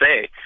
say